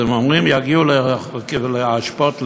אז הם אומרים: יגיעו לשער האשפות למטה,